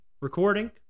Recording